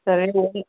ಸರಿಯಾಗೇಳಿ